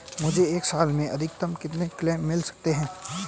मुझे एक साल में अधिकतम कितने क्लेम मिल सकते हैं?